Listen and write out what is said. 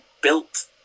built